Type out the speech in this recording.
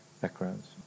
backgrounds